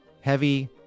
heavy